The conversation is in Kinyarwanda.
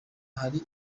hari